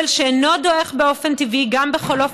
אבל שאינו דועך באופן טבעי גם בחלוף